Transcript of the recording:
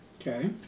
Okay